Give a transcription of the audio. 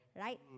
Right